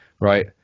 right